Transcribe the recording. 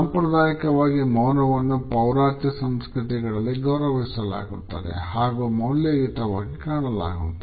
ಸಾಂಪ್ರದಾಯಿಕವಾಗಿ ಮೌನವನ್ನು ಪೌರಾತ್ಯ ಸಂಸ್ಕೃತಿಗಳಲ್ಲಿ ಗೌರವಿಸಲಾಗುತ್ತದೆ ಹಾಗೂ ಮೌಲ್ಯಯುತವಾಗಿ ಕಾಣಲಾಗುತ್ತದೆ